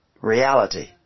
reality